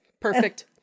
Perfect